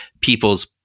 people's